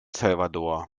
salvador